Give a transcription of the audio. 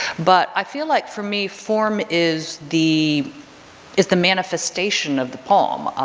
but i feel like for me form is the is the manifestation of the poem,